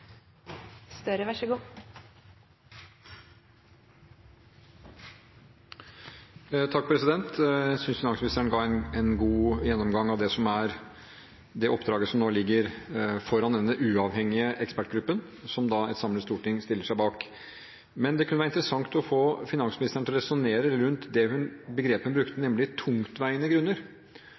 oppdraget som nå ligger foran denne uavhengige ekspertgruppen, som et samlet storting stiller seg bak. Men det kunne være interessant å få finansministeren til å resonnere rundt begrepet hun brukte, nemlig «tungtveiende grunner» – at det skal tungtveiende grunner